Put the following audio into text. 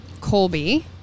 Colby